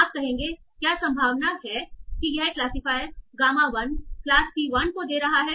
आप कहेंगे क्या संभावना है कि यह क्लासिफायर गामा 1 क्लास C 1 को दे रहा है